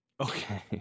Okay